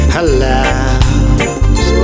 allows